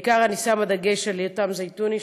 אני בעיקר שמה דגש על יותם זיתוני,